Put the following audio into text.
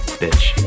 Bitch